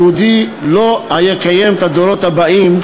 היהודי לא יקיים את הדורות הבאים.